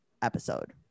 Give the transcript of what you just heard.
episode